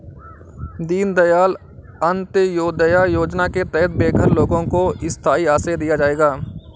दीन दयाल अंत्योदया योजना के तहत बेघर लोगों को स्थाई आश्रय दिया जाएगा